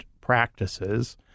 practices